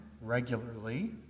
regularly